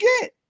get